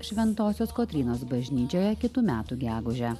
šventosios kotrynos bažnyčioje kitų metų gegužę